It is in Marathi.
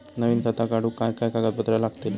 नवीन खाता काढूक काय काय कागदपत्रा लागतली?